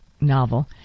novel